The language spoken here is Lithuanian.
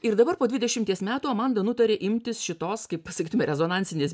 ir dabar po dvidešimties metų amanda nutarė imtis šitos kaip pasakytume rezonansinės